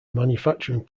manufacturing